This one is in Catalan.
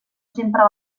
sempre